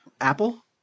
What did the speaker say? Apple